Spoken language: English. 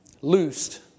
loosed